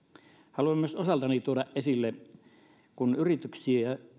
haluan myös osaltani tuoda esille ja toiveeni on kun yrityksiä